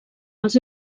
els